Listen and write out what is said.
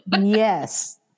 Yes